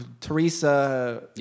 Teresa